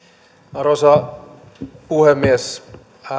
arvoisa puhemies